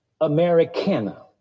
Americana